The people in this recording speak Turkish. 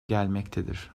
gelmektedir